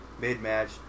mid-match